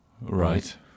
Right